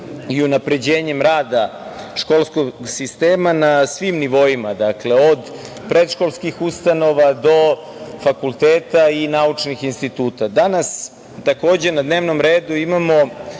i unapređenjem rada školskog sistema na svim nivoima, od predškolskih ustanova do fakulteta i naučnih instituta. Danas, takođe na dnevnom redu imamo